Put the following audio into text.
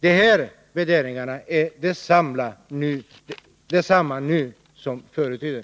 Dessa värderingar är desamma nu som förr i tiden.